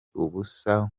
ubusa